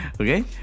Okay